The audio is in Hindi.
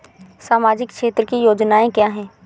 सामाजिक क्षेत्र की योजनाएँ क्या हैं?